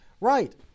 right